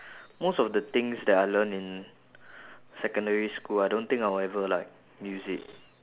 most of the things that I learn in secondary school I don't think I will ever like use it